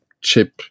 chip